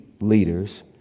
leaders